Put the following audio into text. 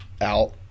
out